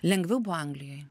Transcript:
lengviau buvo anglijoj